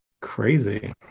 crazy